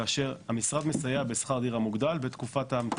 כאשר המשרד מסייע בשכר דירה מוגדל בתקופת ההמתנה.